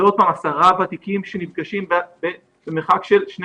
זה 10 ותיקים שנפגשים במרחק של שני